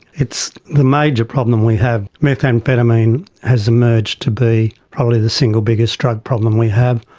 it's the major problem we have. methamphetamine has emerged to be probably the single biggest drug problem we have.